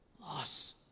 loss